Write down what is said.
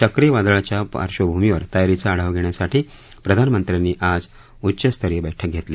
चक्रीवादळाच्या पार्श्वभूमीवर तयारीचा आढावा घेण्यासाठी प्रधानमंत्र्यांनी आज उच्चस्तरीय बैठक घेतली